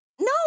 No